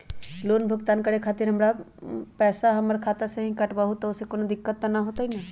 Loan भुगतान करे के खातिर पैसा हमर खाता में से ही काटबहु त ओसे कौनो दिक्कत त न होई न?